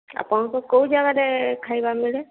ଆପଣଙ୍କୁ କେଉଁ ଜାଗାରେ ଖାଇବା ମିଳେ